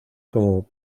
como